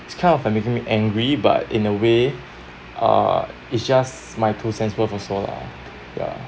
it's kind of making me angry but in a way uh it's just my two cents worth also lah ya